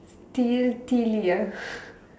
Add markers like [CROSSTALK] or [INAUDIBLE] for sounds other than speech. titila [BREATH]